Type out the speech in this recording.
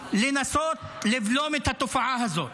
לנסות לבלום את התופעה הזאת.